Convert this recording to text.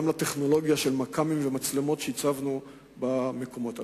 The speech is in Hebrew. של טכנולוגיה של מכ"מים ומצלמות שהצבנו במקומות הללו.